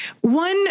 one